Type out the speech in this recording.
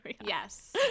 yes